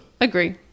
agree